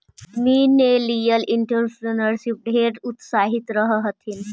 millennial entrepreneur ढेर उत्साहित रह हथिन